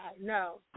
No